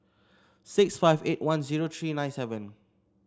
six five eight one zero three nine seven